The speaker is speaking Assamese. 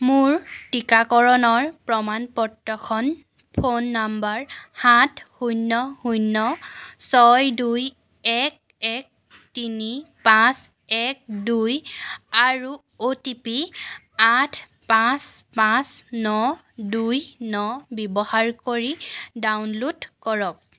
মোৰ টীকাকৰণৰ প্ৰমাণ পত্ৰখন ফোন নম্বৰ সাত শূন্য শূন্য ছয় দুই এক এক তিনি পাঁচ এক দুই আৰু অ'টিপি আঠ পাঁচ পাঁচ ন দুই ন ব্যৱহাৰ কৰি ডাউনলোড কৰক